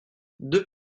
deux